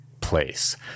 place